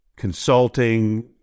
consulting